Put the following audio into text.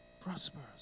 prosperous